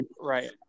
right